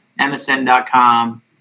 msn.com